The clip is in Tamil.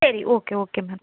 சரி ஓகே ஓகே மேம்